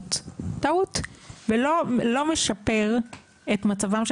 הקיימות זו טעות ולא משפר את מצבם של